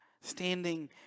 standing